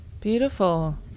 Beautiful